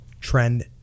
trend